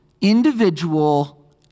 individual